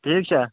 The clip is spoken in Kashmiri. ٹھیٖک چھا